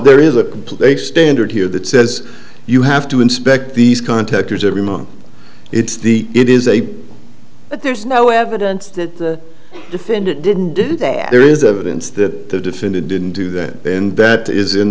complete standard here that says you have to inspect these contactors every month it's the it is a but there's no evidence that the defendant didn't do that there is a sense that the defendant didn't do that and that is in